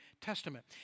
Testament